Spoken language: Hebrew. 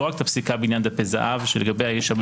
לא רק את הפסיקה בעניין דפי זהב שלגביה יש הרבה